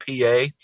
PA